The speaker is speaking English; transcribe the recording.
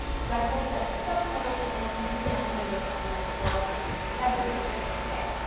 so, i hope that the subtitles will help you as an english learner as well to catch everything that they say.